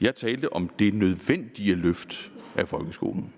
Jeg talte om det nødvendige løft af folkeskolen.